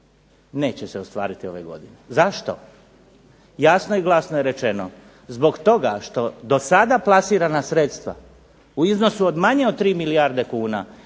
neće se ostvariti ove godine, zašto? Jasno i glasno je rečeno, zbog toga što do sada plasirana sredstva u iznosu od manje od 3 milijarde kuna